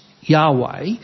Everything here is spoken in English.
Yahweh